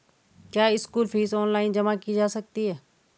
क्या school fees online जमा की जा सकती है?